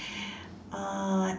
uh